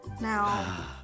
Now